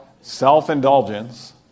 Self-indulgence